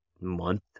month